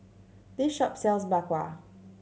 this shop sells Bak Kwa